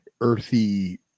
earthy